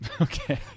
Okay